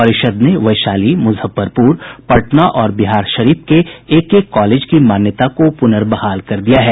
परिषद् ने वैशाली मुजफ्फरपुर पटना और बिहारशरीफ के एक एक कॉलेजों की मान्यता को प्रनर्बहाल कर दिया है